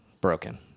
broken